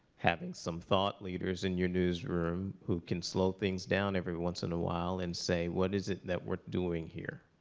having some thought-leaders in your newsroom who can slow things down every once in a while, and say, what is it that we're doing here?